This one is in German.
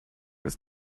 ist